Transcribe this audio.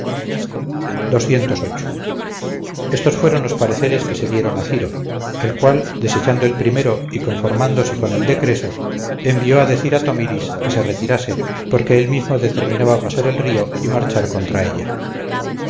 estos fueron los pareceres que se dieron a ciro el cual desechando el primero y conformándose con el de creso envió a decir a tomiris que se retirase porque él mismo determinaba pasar el río y marchar contra ella